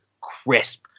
crisp